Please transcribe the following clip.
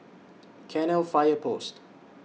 Cairnhill Fire Post